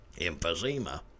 Emphysema